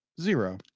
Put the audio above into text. Zero